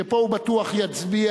שפה הוא בטוח יצביע,